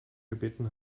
gebeten